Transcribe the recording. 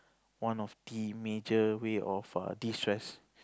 one of the major way of err destress